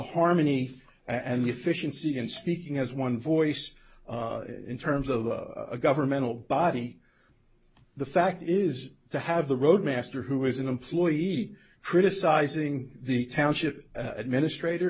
in speaking as one voice in terms of a governmental body the fact is to have the roadmaster who is an employee criticising the township administrator